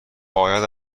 باید